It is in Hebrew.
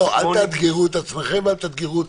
אל תאתגרו את עצמכם ואל תאתגרו אותי,